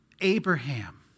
Abraham